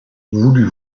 voulut